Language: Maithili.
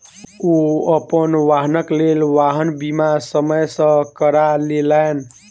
ओ अपन वाहनक लेल वाहन बीमा समय सॅ करा लेलैन